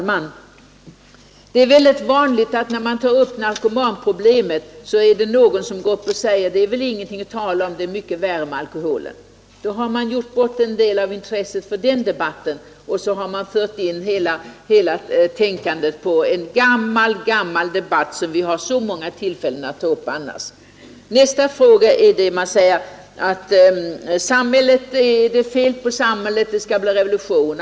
Fru talman! När man tar upp narkomanproblemet är det vanligt att någon går upp och säger att det är ingenting att tala om utan att det är mycket värre med alkoholen. Då har man gjort bort en del av intresset för den debatten och fört in hela tänkandet på en gammal debatt som vi har så många tillfällen att ta upp annars. Sedan är det någon som säger att det är fel på samhället, det behövs en revolution.